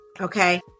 Okay